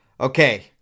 Okay